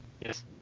Yes